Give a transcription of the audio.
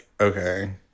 okay